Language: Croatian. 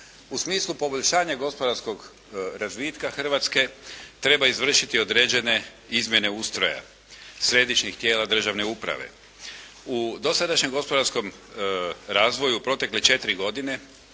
U smislu poboljšanja gospodarskog razvitka Hrvatske treba izvršiti određene izmjene ustroja središnjih tijela državne uprave. U dosadašnjem gospodarskom razvoju u protekle 4 godine